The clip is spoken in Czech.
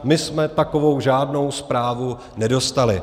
My jsme takovou žádnou zprávu nedostali.